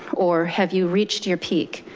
or, have you reached your peak?